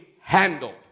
handled